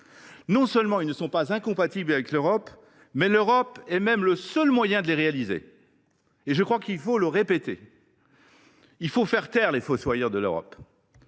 Non seulement ils ne sont pas incompatibles avec l’Europe, mais l’Europe est même le seul moyen de les réaliser. Je crois qu’il faut le répéter ! Il faut faire taire les fossoyeurs de l’Europe.